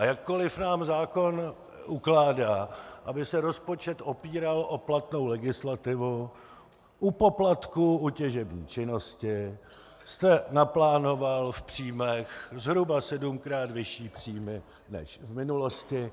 A jakkoliv nám zákon ukládá, aby se rozpočet opíral o platnou legislativu, u poplatků u těžební činnosti jste naplánoval v příjmech zhruba sedmkrát vyšší příjmy než v minulosti.